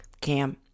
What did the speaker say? Cam